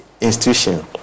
institution